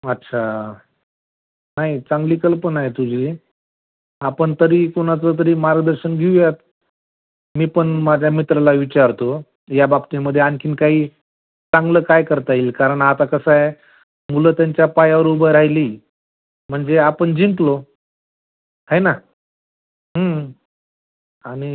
अच्छा नाही चांगली कल्पना आहे तुझी आपण तरी कुणाचं तरी मार्गदर्शन घेऊयात मी पण माझ्या मित्राला विचारतो या बाबतीमध्ये आणखीन काही चांगलं काय करता येईल कारण आता कसं आहे मुलं त्यांच्या पायावर उभं राहिली म्हणजे आपण जिंकलो आहे ना हं आणि